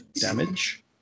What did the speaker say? damage